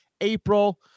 April